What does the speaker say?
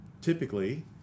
Typically